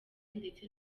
ndetse